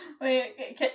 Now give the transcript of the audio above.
Wait